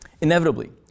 Inevitably